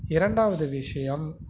இரண்டாவது விஷயம்